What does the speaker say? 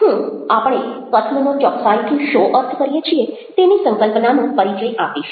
હું આપણે કથનનો ચોક્કસાઈથી શો અર્થ કરીએ છીએ તેની સંકલ્પનાનો પરિચય આપીશ